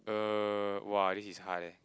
uh why this is high leh